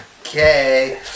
Okay